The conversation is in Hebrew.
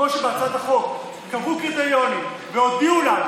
כמו שבהצעת החוק קבעו קריטריונים והודיעו לנו: